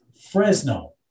Fresno